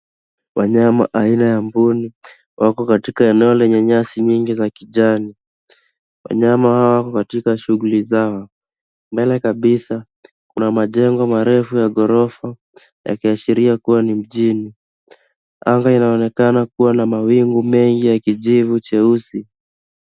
Wanyama aina ya mbuni wako katika eneo lenye nyasi nyingi za kijani. Wanyama hawa wako katika shughuli zao. Mbele kabisa, kuna majengo marefu ya ghorofa yakiashiria kuwa ni mjini. Anga inaonekana kuwa na mawingu mengi ya kijivu cheusi.